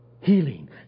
healing